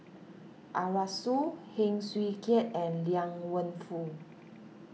Arasu Heng Swee Keat and Liang Wenfu